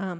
y